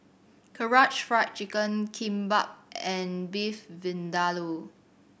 Karaage Fried Chicken Kimbap and Beef Vindaloo